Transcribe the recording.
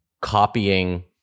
copying